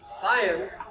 Science